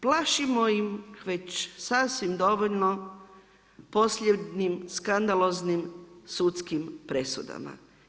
Plašimo ih već sasvim dovoljno posljednjim skandaloznim sudskim presudama.